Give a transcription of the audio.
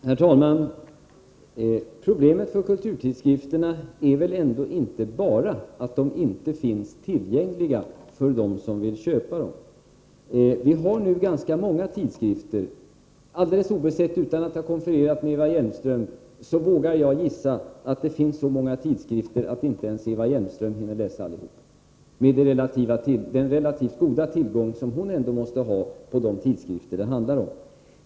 Herr talman! Problemet för kulturtidskrifterna är väl ändå inte bara att de inte finns tillgängliga för personer som vill köpa dem. Vi har ganska många tidskrifter. Utan att ha konfererat med Eva Hjelmström vågar jag gissa att det finns så många tidskrifter att inte ens Eva Hjelmström hinner läsa alla, trots den relativt goda tillgång som hon ändå måste ha till de tidskrifter det handlar om.